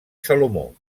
salomó